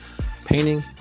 painting